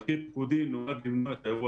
תחקיר פיקודי נועד למנוע את האירוע